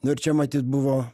nu ir čia matyt buvo